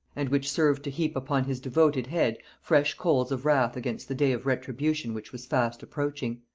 and which served to heap upon his devoted head fresh coals of wrath against the day of retribution which was fast approaching.